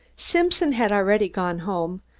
simpson had already gone home,